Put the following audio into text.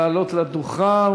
לעלות לדוכן.